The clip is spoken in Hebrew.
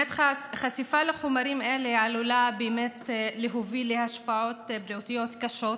חשיפה לחומרים אלה עלולה באמת להוביל להשפעות בריאותיות קשות,